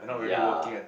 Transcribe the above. yeah